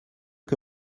que